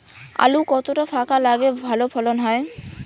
আলু কতটা ফাঁকা লাগে ভালো ফলন হয়?